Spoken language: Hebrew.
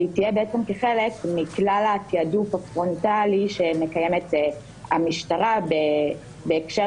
והיא תהיה כחלק מכלל התעדוף הפרונטלי שמקיימת המשטרה בהקשר